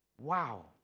wow